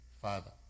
father